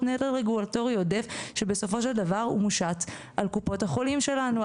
נטל רגולטורי עודף שבסופו של דבר הושת על קופות החולים שלנו,